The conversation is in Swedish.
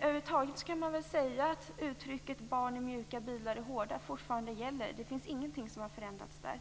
Över huvud taget kan man säga att uttrycket "barn är mjuka och bilar är hårda" gäller fortfarande - ingenting har förändrats där.